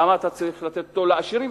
למה אתה צריך לתת אותו לעשירים,